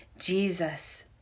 Jesus